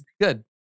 good